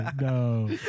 No